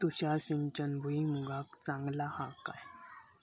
तुषार सिंचन भुईमुगाक चांगला हा काय?